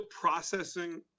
processing